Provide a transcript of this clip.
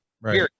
Right